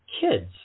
Kids